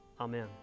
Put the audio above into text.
Amen